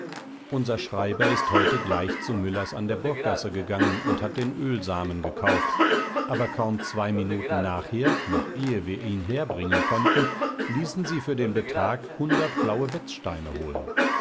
unser schreiber ist heute gleich zu müllers an der burggasse gegangen und hat den ölsamen gekauft aber kaum zwei minuten nachher noch ehe wir ihn herbringen konnten ließen sie für den betrag hundert blaue wetzsteine holen